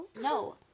No